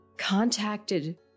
contacted